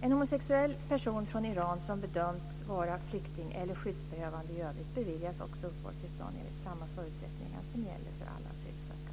En homosexuell person från Iran som bedömts vara flykting eller skyddsbehövande i övrigt beviljas också uppehållstillstånd enligt samma förutsättningar som gäller för alla asylsökande.